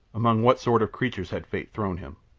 among what sort of creatures had fate thrown him?